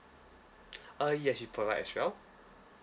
uh yes we provide as well